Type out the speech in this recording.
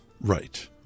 Right